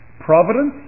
Providence